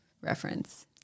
reference